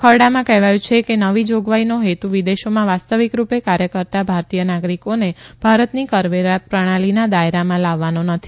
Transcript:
ખરડામાં કહેવાયું છે કે નવી જોગવાઇનો હેતુ વિદેશોમાં વાસ્તવિક રૂપે કાર્ય કરતા ભારતીય નાગરિકોને ભારતની કરવેરા પ્રણાલીના દાયરામાં લાવવાનો નથી